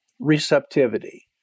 receptivity